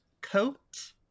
coat